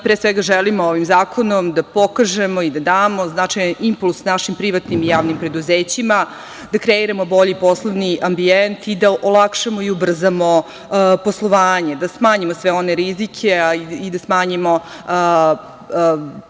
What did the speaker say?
pre svega, želimo ovim zakonom da pokažemo i da damo značajan impuls našim privatnim i javnim preduzećima, da kreiramo bolji poslovni ambijent i da olakšamo i ubrzamo poslovanje, da smanjimo sve one rizike, a i da smanjimo,